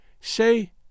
Say